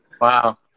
Wow